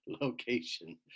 location